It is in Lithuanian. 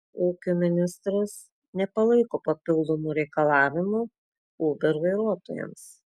ūkio ministras nepalaiko papildomų reikalavimų uber vairuotojams